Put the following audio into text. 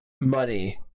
money